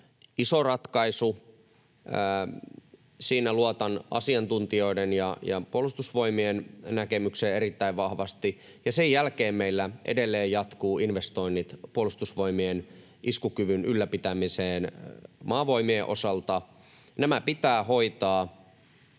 iso ratkaisu — siinä luotan asiantuntijoiden ja Puolustusvoimien näkemykseen erittäin vahvasti — ja sen jälkeen meillä edelleen jatkuvat investoinnit Puolustusvoimien iskukyvyn ylläpitämiseen Maavoimien osalta. Nämä pitää hoitaa